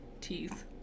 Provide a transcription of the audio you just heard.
teeth